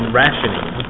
rationing